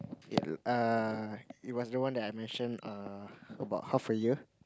it uh it was the one that I mention err about half a year